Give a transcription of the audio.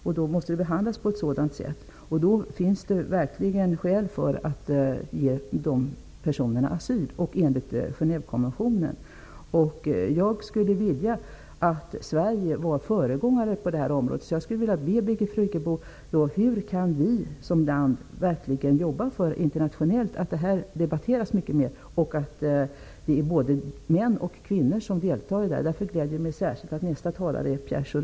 Den måste behandlas därefter, och det finns verkligen skäl för att ge de personerna asyl enligt Jag skulle vilja att Sverige var föregångare på det här området. Jag skulle vilja vädja till Birgit Friggebo: Hur kan vi som land verkligen jobba internationellt för att det här debatteras mycket mer och för att både män och kvinnor deltar? Därför gläder det mig särskilt att nästa talare är